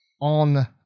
on